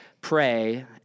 pray